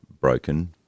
broken